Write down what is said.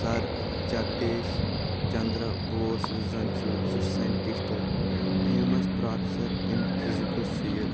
سر جگدیش چندرٕ بوس یُس زن چھُ سُہ چھُ scientist famous professor in physics چھ یہِ